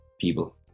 people